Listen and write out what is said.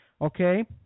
okay